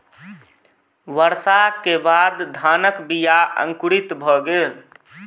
वर्षा के बाद धानक बीया अंकुरित भअ गेल